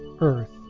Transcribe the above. earth